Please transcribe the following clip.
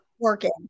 working